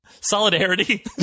solidarity